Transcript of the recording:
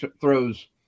throws